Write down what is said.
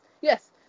Yes